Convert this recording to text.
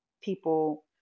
people